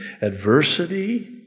adversity